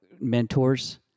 mentors